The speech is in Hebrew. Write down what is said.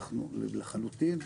לחלוטין.